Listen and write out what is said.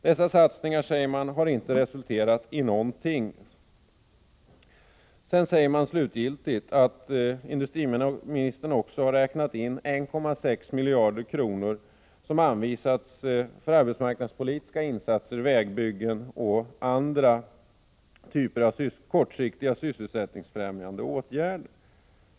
Dessa satsningar har dock ännu inte lett till några konkreta resultat ———.” Artikelförfattarna sade slutligen att industriministern också har räknat in 1,6 miljarder kronor som anvisats för arbetsmarknadspolitiska insatser, vägbyggen och andra typer av kortsiktiga sysselsättningsfrämjande åtgärder.